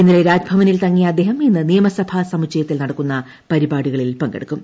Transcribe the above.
ഇന്നലെ രാജ്ഭവനിൽ തങ്ങിയ അദ്ദേഹം ഇന്ന് നിയമസഭാ സമുച്ചയത്തിൽ നടക്കുന്ന പരിപാടികളിൽ പങ്കെടുക്കും